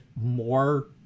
more